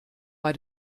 bei